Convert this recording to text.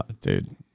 dude